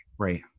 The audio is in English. Right